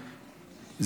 הקפיא,